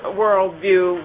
worldview